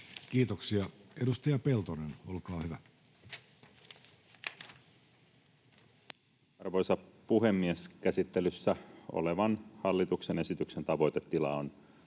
Kiitoksia. — Edustaja Peltonen, olkaa hyvä. Arvoisa puhemies! Käsittelyssä olevan hallituksen esityksen tavoitetila on